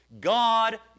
God